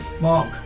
Mark